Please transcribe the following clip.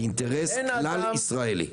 זה אינטרס כלל ישראלי.